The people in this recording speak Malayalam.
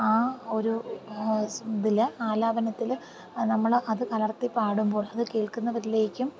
ആ ഒരു ഇതിൽ ആലാപനത്തിൽ അത് നമ്മൾ അത് അലർത്തിപ്പാടുമ്പോൾ അത് കേൾക്കുന്നവരിലേക്കും